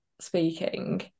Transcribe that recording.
speaking